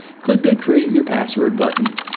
click the create your password button.